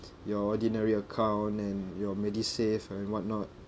your ordinary account and your medisave and what not